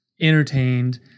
entertained